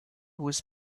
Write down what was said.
was